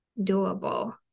Doable